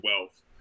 wealth